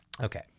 Okay